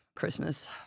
Christmas